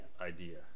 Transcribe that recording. idea